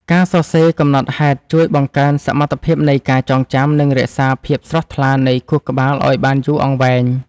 ការសរសេរកំណត់ហេតុជួយបង្កើនសមត្ថភាពនៃការចងចាំ និងរក្សាភាពស្រស់ថ្លានៃខួរក្បាលឱ្យបានយូរអង្វែង។